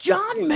John